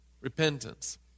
repentance